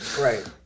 Right